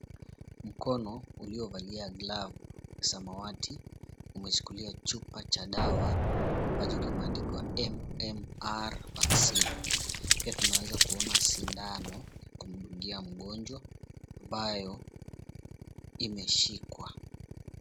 Mkono uliovalia glavu samawati umeshikilia chupa cha dawa ambacho kimeandikwa MMR Vaccine, pia tunaweza kuona sindano ya kumdungia mgonjwa ambayo imeshikwa.